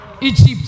Egypt